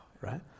Right